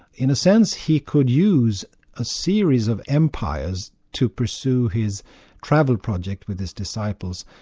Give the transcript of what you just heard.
in a sense, he could use a series of empires to pursue his travel project with his disciples,